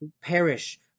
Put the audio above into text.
perish